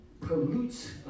pollutes